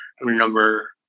remember